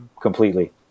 completely